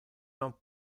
non